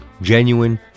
genuine